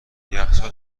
یخچال